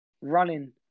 running